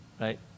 right